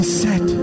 set